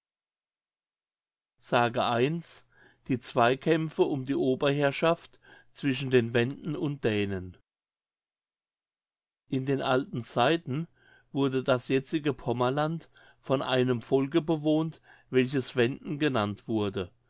die zweikämpfe um die oberherrschaft zwischen den wenden und dänen in den alten zeiten wurde das jetzige pommerland von einem volke bewohnt welches wenden genannt wurde